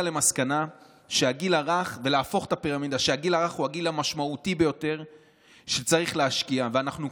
להגיע למסקנה שהגיל הרך הוא הגיל המשמעותי ביותר שצריך להשקיע בו.